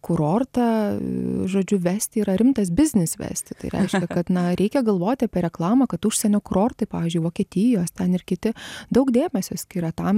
kurortą žodžiu vesti yra rimtas biznis vesti tai reiškia kad na reikia galvoti apie reklamą kad užsienio kurortai pavyzdžiui vokietijos ten ir kiti daug dėmesio skiria tam